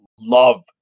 love